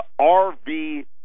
RV